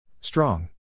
Strong